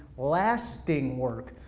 lasting work,